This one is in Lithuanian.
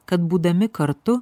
kad būdami kartu